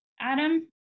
Adam